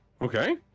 Okay